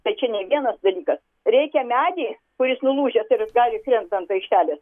tai čia ne vienas dalykas reikia medį kuris nulūžęs ir gali krenta ant aikštelės